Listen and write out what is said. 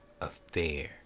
affair